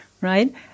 right